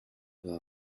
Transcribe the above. war